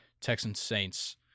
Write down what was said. Texans-Saints